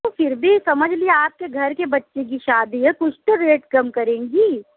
تو پھر بھی سمجھ لیجیے آپ کے گھر کے بچے کی شادی ہے کچھ تو ریٹ کم کریں گی